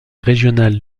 régional